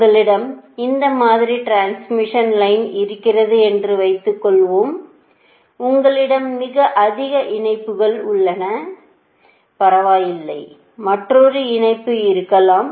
உங்களிடம் இந்த மாதிரி டிரான்ஸ்மிஷன் லைன் இருக்கிறது என்று வைத்துக்கொள்வோம் உங்களிடம் அதிக இணைப்புகள் உள்ளன பரவாயில்லை மற்றொரு இணைப்பு இருக்கலாம்